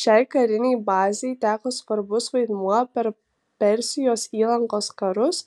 šiai karinei bazei teko svarbus vaidmuo per persijos įlankos karus